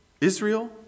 Israel